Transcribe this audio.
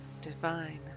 Divine